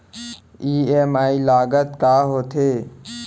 EMI लागत का होथे?